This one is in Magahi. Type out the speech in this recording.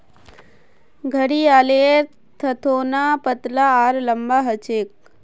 घड़ियालेर थथोना पतला आर लंबा ह छे